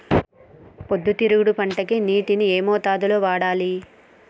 పొద్దుతిరుగుడు పంటకి నీటిని ఏ మోతాదు లో వాడాలి?